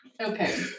Okay